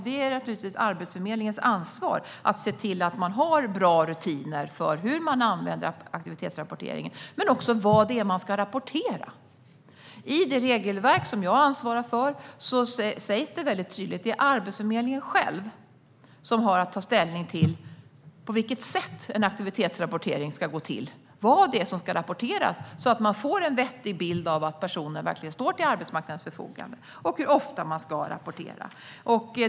Det är Arbetsförmedlingens ansvar att se till att man har bra rutiner för hur aktivitetsrapporteringen ska användas och också vad det är som ska rapporteras. I det regelverk som jag ansvarar för sägs det tydligt att det är Arbetsförmedlingen själv som har att ta ställning till på vilket sätt en aktivitetsrapportering ska gå till och vad det är som ska rapporteras, så att man får en vettig bild av att personen verkligen står till arbetsmarknadens förfogande, och hur ofta man ska rapportera.